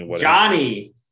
Johnny